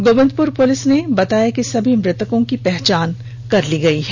Govindpur police ने बताया कि सभी मृतकों की पहचान कर ली गई है